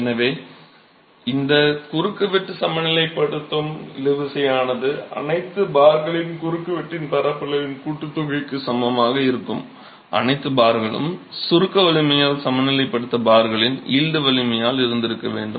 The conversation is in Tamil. எனவே இந்த குறுக்குவெட்டு சமநிலைப்படுத்தும் இழுவிசையானது அனைத்து பார்களின் குறுக்குவெட்டின் பரப்பளவின் கூட்டுத்தொகைக்கு சமமாக இருக்கும் அனைத்து பார்களும் சுருக்க வலிமையால் சமநிலைப்படுத்தப்பட்ட பார்களின் யீல்ட் வலிமையில் இருந்திருக்க வேண்டும்